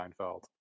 Seinfeld